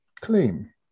claim